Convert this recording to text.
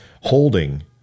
holding